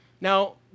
Now